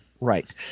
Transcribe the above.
Right